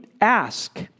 ask